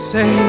Say